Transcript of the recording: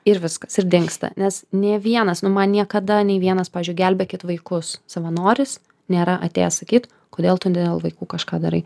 ir viskas ir dingsta nes nė vienas nu man niekada nei vienas pavyzdžiui gelbėkit vaikus savanoris nėra atėjęs sakyt kodėl tu dėl vaikų kažką darai